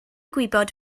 gwybod